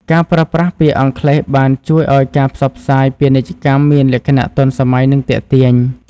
ការប្រើប្រាស់ពាក្យអង់គ្លេសបានជួយឱ្យការផ្សព្វផ្សាយពាណិជ្ជកម្មមានលក្ខណៈទាន់សម័យនិងទាក់ទាញ។